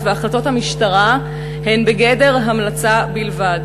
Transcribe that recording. והחלטות המשטרה הן בגדר המלצה בלבד.